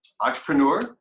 entrepreneur